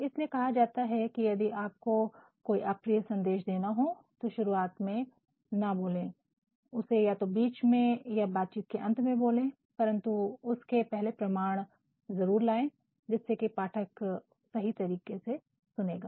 इसीलिए कहा जाता है कि यदि आपको कोई अप्रिय संदेश देना हो तो उसे शुरुआत में ना बोले उसे या तो बीच में या बातचीत के अंत में बोले परंतु उसके पहले प्रमाण जरूर लाएं जिससे कि पाठक सही तरीके से सुनेगा